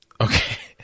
okay